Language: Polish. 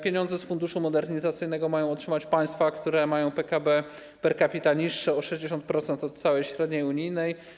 Pieniądze z funduszu modernizacyjnego mają otrzymać państwa, które mają PKB per capita niższe o 60% od całej średniej unijnej.